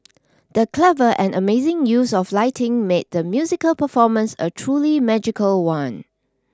the clever and amazing use of lighting made the musical performance a truly magical one